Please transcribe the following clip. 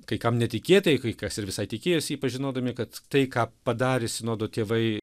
kai kam netikėtai kai kas ir visai tikėjosi jį pažinodami kad tai ką padarė sinodo tėvai